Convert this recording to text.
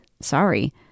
sorry